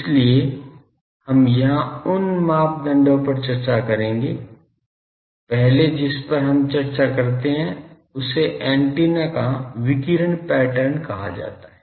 इसलिए हम यहां उन मापदंडों पर चर्चा करेंगे पहले जिस पर हम चर्चा करते हैं उसे एंटीना का विकिरण पैटर्न कहा जाता है